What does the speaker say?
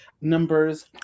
numbers